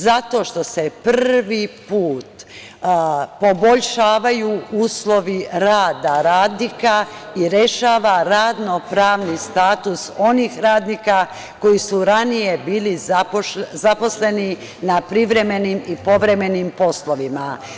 Zato što se prvi put poboljšavaju uslovi rada radnika i rešava radno pravni status onih radnika koji su ranije bili zaposleni na privremenim i povremenim poslovima.